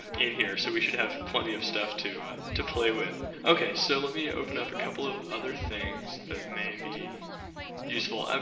in here. so, we should have plenty of stuff to to play with. okay, so let me open up a couple of other things that may useful. um